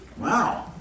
Wow